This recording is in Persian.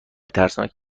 ترسناک